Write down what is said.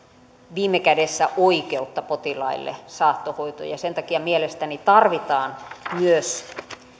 viime kädessä oikeutta potilaille saattohoitoon ja sen takia mielestäni tarvitaan myös